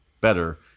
better